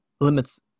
limits